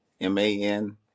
M-A-N